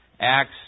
Acts